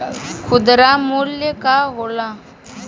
खुदरा मूल्य का होला?